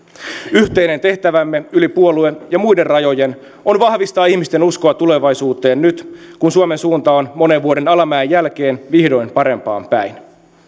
yhteinen tehtävämme yli puolue ja muiden rajojen on vahvistaa ihmisten uskoa tulevaisuuteen nyt kun suomen suunta on monen vuoden alamäen jälkeen vihdoin parempaan päin